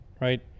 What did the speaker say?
right